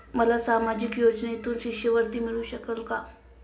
मला सामाजिक योजनेतून शिष्यवृत्ती मिळू शकेल का?